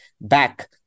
back